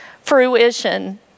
fruition